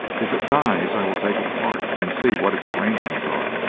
if it dies, i will take it apart and see what its arrangements are.